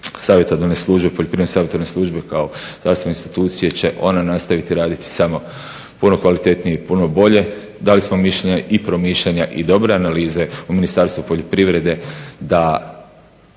način izdvajanjem Poljoprivredno savjetodavnoj službi kao … institucije će ona nastaviti raditi samo puno kvalitetnije i puno bolje. Dali smo mišljenja i promišljanja i dobre analize u Ministarstvu poljoprivrede,